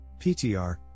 PTR